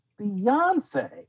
Beyonce